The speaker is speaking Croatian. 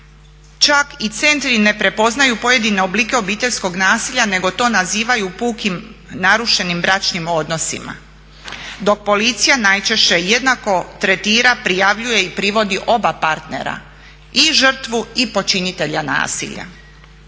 Čak i centri ne prepoznaju pojedine oblike obiteljskog nasilja nego to nazivaju pukim narušenim bračnim odnosima. Dok policija najčešće jednako tretira, prijavljuje i privodi oba partnera i žrtvu i počinitelja nasilja.